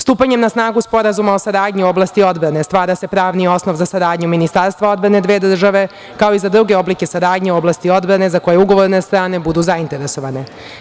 Stupanjem na snagu Sporazuma o saradnji u oblasti odbrane stvara se pravni osnov za saradnju Ministarstva odbrane dve države, kao i za druge oblike saradnje u oblasti odbrane za koje ugovorne strane budu zainteresovane.